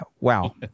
Wow